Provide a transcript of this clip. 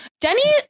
Denny